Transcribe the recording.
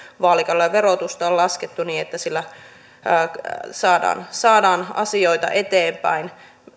vaalikaudella verotusta on laskettu niin että saadaan saadaan asioita eteenpäin